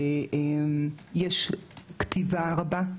שיש כתיבה רבה,